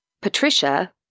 Patricia